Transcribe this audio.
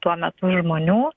tuo metu žmonių